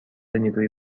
نیروی